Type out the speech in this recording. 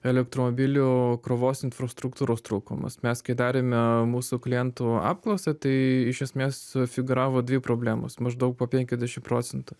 elektromobilių krovos infrastruktūros trūkumas mes kai darėme mūsų klientų apklausą tai iš esmės figūravo dvi problemos maždaug po penkiasdešimt procentų